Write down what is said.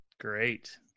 Great